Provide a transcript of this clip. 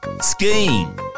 Skiing